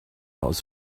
aus